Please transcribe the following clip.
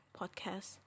podcast